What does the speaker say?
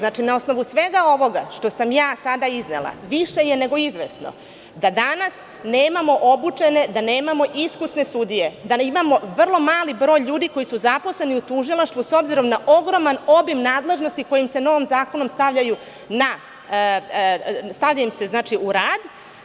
Na osnovu svega ovoga što sam ja sada iznela, više je nego izvesno da danas nemamo obučene, nemamo iskusne sudije, da imamo vrlo mali broj ljudi koji su zaposleni u tužilaštvu, s obzirom na ogroman obim nadležnosti koje se novim zakonom stavljaju u rad.